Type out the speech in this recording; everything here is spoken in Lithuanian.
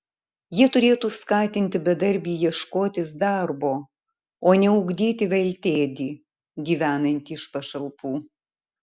jie turėtų skatinti bedarbį ieškotis darbo o ne ugdyti veltėdį gyvenantį iš pašalpų